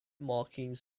markings